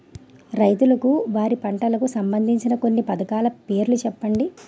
రైతులకు వారి పంటలకు సంబందించిన కొన్ని పథకాల పేర్లు చెప్పండి?